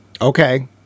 Okay